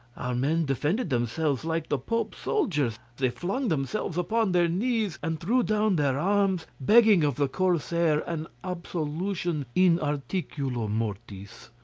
our men defended themselves like the pope's soldiers they flung themselves upon their knees, and threw down their arms, begging of the corsair an absolution in articulo mortis.